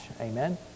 amen